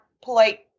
polite